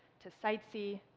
to sightsee,